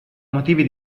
motivi